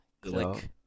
click